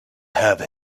have